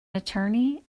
attorney